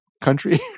country